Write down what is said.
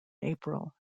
april